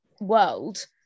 world